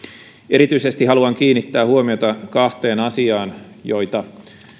erityisesti haluan kiinnittää huomiota kahteen asiaan joita